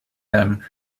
them